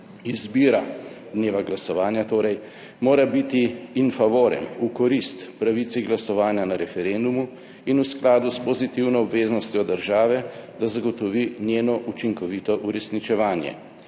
Izbira dneva glasovanja torej mora biti in favoren v korist pravici glasovanja na referendumu in v skladu s pozitivno obveznostjo države, da zagotovi njeno učinkovito uresničevanje«.